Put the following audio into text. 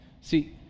see